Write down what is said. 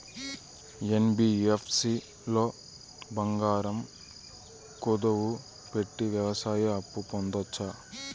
NBFC లో బంగారం కుదువు పెట్టి వ్యవసాయ అప్పు పొందొచ్చా?